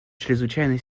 чрезвычайно